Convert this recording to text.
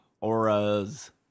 Aura's